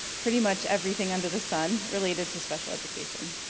pretty much everything under the sun related to special education.